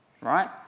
right